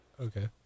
Okay